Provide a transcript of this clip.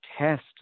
test